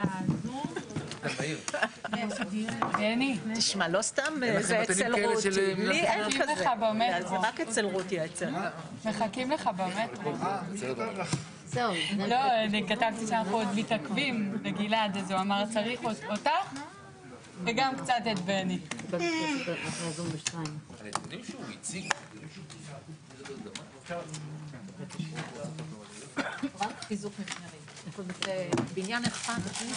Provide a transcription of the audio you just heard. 10:20.